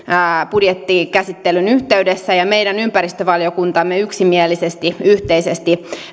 budjettikäsittelyn yhteydessä ja meidän ympäristövaliokuntamme yksimielisesti yhteisesti